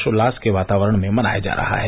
ोल्लास के वातावरण में मनया जा रहा है